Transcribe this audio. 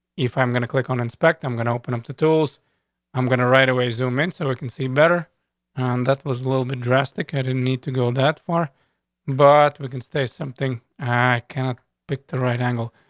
if i'm gonna click on inspector, i'm gonna open up the tools i'm going to right away. zoom in so we can see better on that was a little bit drastic. i didn't need to go that for but we can stay something i cannot pick the right angle.